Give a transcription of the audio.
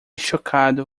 chocado